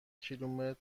کیلومتر